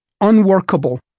unworkable